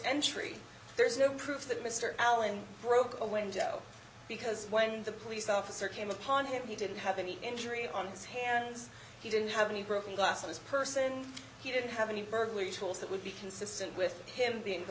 entry there is no proof that mr allen broke a window because when the police officer came upon him he didn't have any injury on his hands he didn't have any broken glass in his person he didn't have any burglary tools that would be consistent with him being the